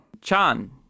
Chan